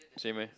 swimwear